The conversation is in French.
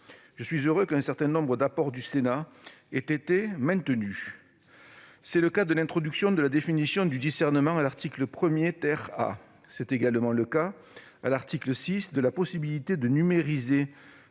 Je suis heureux qu'un certain nombre d'apports du Sénat aient été conservés. C'est le cas de l'introduction de la définition du discernement à l'article 1 A. C'est également le cas, à l'article 6, de la possibilité de numériser